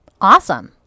awesome